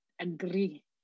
Agree